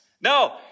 No